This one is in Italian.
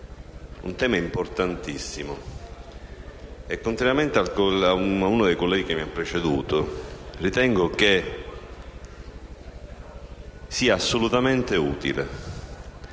un tema importantissimo e, contrariamente ad uno dei colleghi che mi ha preceduto, ritengo sia assolutamente utile